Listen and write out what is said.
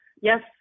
yes